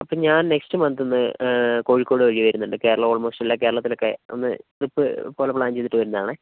അപ്പം ഞാൻ next month ഒന്ന് കോഴിക്കോട് വഴി വരുന്നുണ്ട് കേരളം ഓൾമോസ്റ്റ് എല്ലാ കേരളത്തിലൊക്കെ ഒന്ന് ട്രിപ്പ് പോലെ പ്ലാൻ ചെയ്തിട്ടു വരുന്നെയാണേ